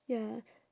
ya